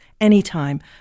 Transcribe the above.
anytime